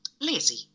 lazy